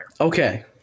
Okay